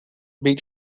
beat